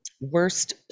worst